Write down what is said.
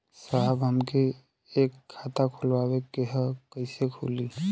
साहब हमके एक खाता खोलवावे के ह कईसे खुली?